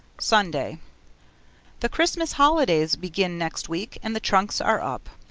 sunday the christmas holidays begin next week and the trunks are up.